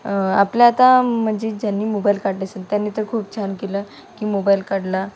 आपल्या आता म्हणजे ज्यांनी मोबाईल काढले असेल त्यांनी तर खूप छान केलं की मोबाईल काढला